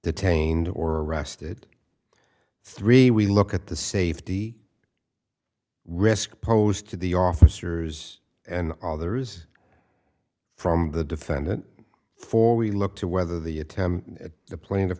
detained or arrested three we look at the safety risk posed to the officers and others from the defendant for we look to whether the attempt at the pla